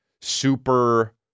super